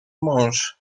mąż